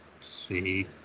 see